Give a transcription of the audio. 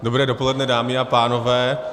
Dobré dopoledne, dámy a pánové.